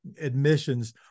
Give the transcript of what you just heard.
admissions